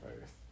first